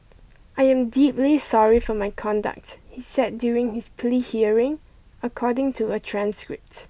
I am deeply sorry for my conduct he said during his plea hearing according to a transcript